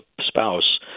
spouse